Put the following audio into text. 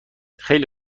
خیلی